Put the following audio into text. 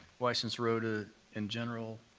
weiss and serota in general,